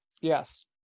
Yes